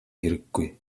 хэрэггүй